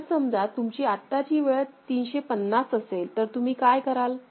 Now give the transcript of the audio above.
जर समजा तुमची आत्ताची वेळ 350 असेल तर तुम्ही काय कराल